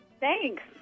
Thanks